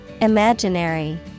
Imaginary